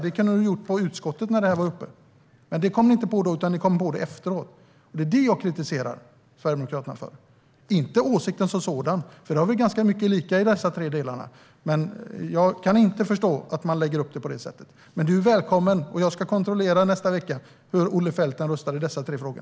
Det kunde ni ha gjort i utskottet när det var uppe. Men det kom ni inte på då, utan ni kom på det efteråt. Det är det jag kritiserar Sverigedemokraterna för, inte åsikten som sådan, för vi tycker ganska lika i dessa tre delar. Men jag kan inte förstå att man lägger upp det på det sättet. Men Olle Felten är välkommen. Jag ska kontrollera hur Olle Felten röstar nästa vecka i dessa tre frågor.